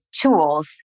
tools